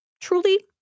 truly